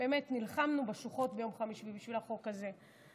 באמת נלחמנו בשוחות ביום חמישי בשביל החוק הזה.